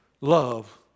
love